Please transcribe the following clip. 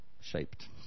shaped